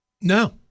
No